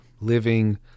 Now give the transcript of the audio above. living